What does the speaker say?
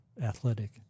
athletic